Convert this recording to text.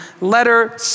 letter